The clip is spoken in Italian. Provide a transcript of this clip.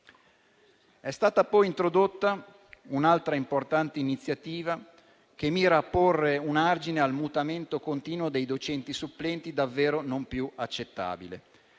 È stata poi introdotta un'altra importante iniziativa, che mira a porre un argine al mutamento continuo dei docenti supplenti, davvero non più accettabile.